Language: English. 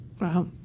Wow